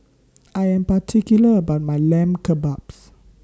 I Am particular about My Lamb Kebabs